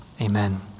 Amen